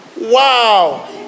Wow